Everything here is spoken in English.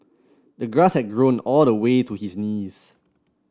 the grass had grown all the way to his knees